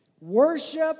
Worship